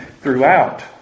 throughout